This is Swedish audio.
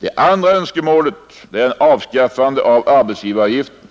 Det andra önskemålet är avskaffande av arbetsgivaravgiften.